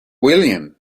william